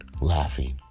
laughing